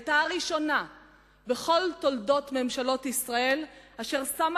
היתה הראשונה בכל תולדות ממשלות ישראל אשר שמה